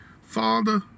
Father